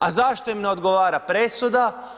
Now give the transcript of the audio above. A zašto im ne odgovara presuda?